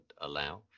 allow